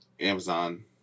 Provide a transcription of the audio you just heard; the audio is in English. Amazon